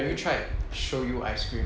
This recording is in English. have you tried shoyu ice cream